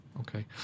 Okay